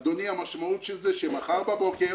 אדוני, המשמעות של זה, שמחר בבוקר